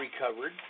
recovered